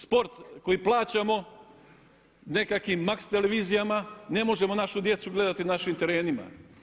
Sport koji plaćamo nekakvim MAX televizijama ne možemo našu djecu gledati na našim terenima.